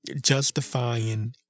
Justifying